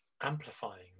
amplifying